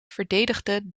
verdedigde